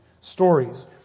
stories